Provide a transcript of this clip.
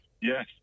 yes